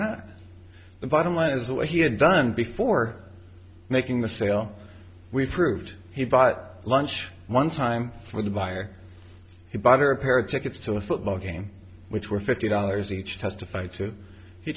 not the bottom line is that what he had done before making the sale we've proved he bought lunch one time for the buyer he bought her a pair of tickets to a football game which were fifty dollars each testified to he